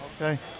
okay